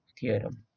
theorem